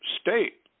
state